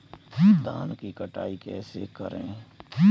धान की कटाई कैसे करें?